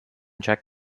check